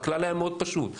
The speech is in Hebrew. הכלל היה מאוד פשוט,